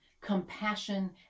compassion